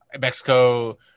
Mexico